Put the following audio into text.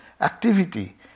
activity